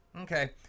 Okay